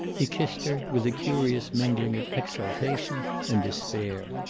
he kissed her, with a curious mingling of exultation and despair.